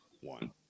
one